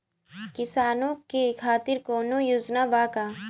किसानों के खातिर कौनो योजना बा का?